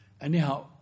Anyhow